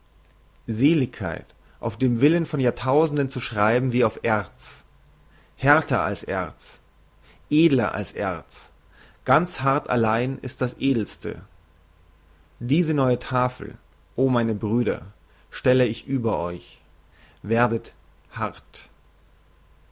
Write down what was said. seligkeit auf dem willen von jahrtausenden zu schreiben wie auf erz härter als erz edler als erz ganz hart allein ist das edelste diese neue tafel oh meine brüder stelle ich über euch werdet hart